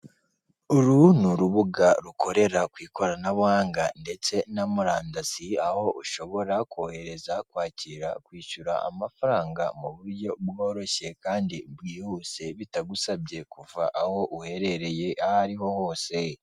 Uru ni urubuga rukorera ku ikoranabuhanga ndetse na murandasi, aho ushobora kohereza, kwakira, kwishyura amafaranga mu buryo bworoshye kandi bwihuse, bitagusabye kuva aho uherereye aho ari ho hose.